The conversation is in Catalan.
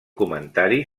comentari